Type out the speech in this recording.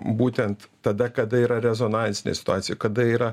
būtent tada kada yra rezonansinė situacija kada yra